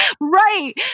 Right